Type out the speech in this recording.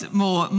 more